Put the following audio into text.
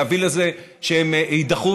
להביא לזה שהם יידחו,